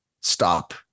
stop